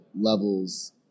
levels